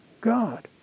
God